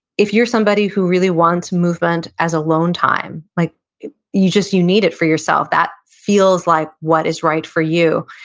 if you're somebody who really wants movement as alone time, like you just, you need it for yourself, that feels like what is right for you,